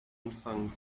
anfangen